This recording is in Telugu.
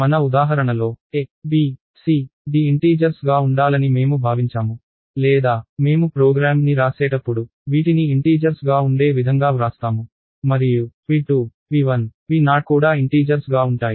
మన ఉదాహరణలో a b c d పూర్ణాంకాలుగా ఉండాలని మేము భావించాము లేదా మేము ప్రోగ్రామ్ ని రాసేటప్పుడు వీటిని ఇంటీజర్స్ గా ఉండే విధంగా వ్రాస్తాము మరియు p2 p1 p0 కూడా ఇంటీజర్స్ గా ఉంటాయి